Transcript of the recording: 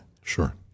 Sure